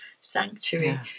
sanctuary